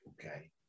Okay